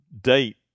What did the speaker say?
date